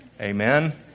amen